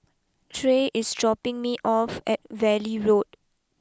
Tre is dropping me off at Valley Road